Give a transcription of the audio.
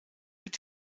wird